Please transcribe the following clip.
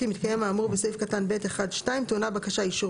כי מתקיים האמור בסעיף קטן (ב1)(2) טעונה הבקשה אישור